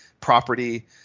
property –